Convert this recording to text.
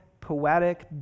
poetic